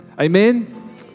Amen